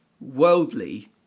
worldly